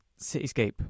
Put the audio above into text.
Cityscape